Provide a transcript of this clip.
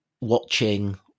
watching